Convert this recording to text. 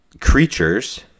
creatures